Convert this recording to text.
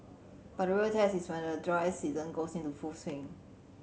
but the real test is when the dry season goes into full swing